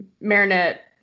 Marinette